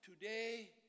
Today